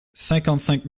cinq